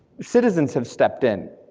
citizens have stepped in,